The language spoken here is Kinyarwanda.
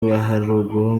baharugwa